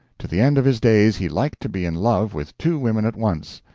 to the end of his days he liked to be in love with two women at once.